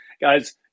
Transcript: guys